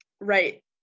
Right